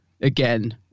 again